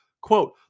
quote